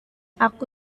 aku